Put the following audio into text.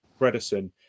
Bredesen